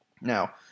Now